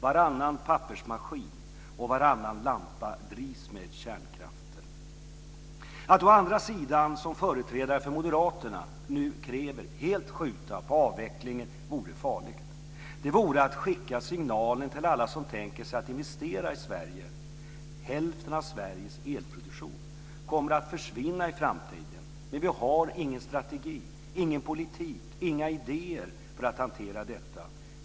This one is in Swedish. Varannan pappersmaskin och varannan lampa drivs med kärnkraften. Att däremot, som moderaterna nu kräver, helt skjuta på avvecklingen vore farligt. Det vore att skicka signaler till alla som tänker sig att investera i Sverige om att hälften av Sveriges elproduktion kommer att försvinna i framtiden men att vi inte har någon strategi, någon politik eller några idéer för att hantera detta.